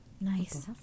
nice